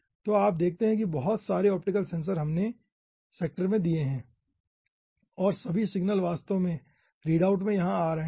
तो आप देखते है बहुत सारे ऑप्टिकल सेंसर हमने हमने सेक्टर में दिये है और सभी सिग्नल वास्तव में रीडआउट में यहां आ रहे हैं